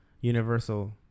universal